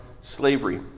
slavery